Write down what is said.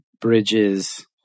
bridges